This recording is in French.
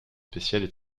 spéciales